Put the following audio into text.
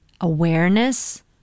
awareness